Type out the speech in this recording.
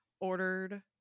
ordered